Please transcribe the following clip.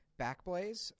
Backblaze